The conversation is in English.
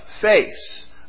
face